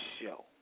show